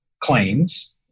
claims